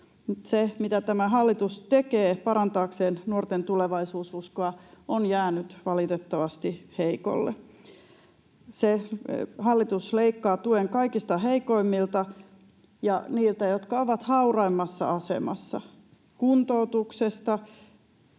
se, mitä tämä hallitus tekee parantaakseen nuorten tulevaisuususkoa, on jäänyt valitettavasti heikoille. Hallitus leikkaa tuen kaikista heikoimmilta ja niiltä, jotka ovat hauraimmassa asemassa: kuntoutuksesta,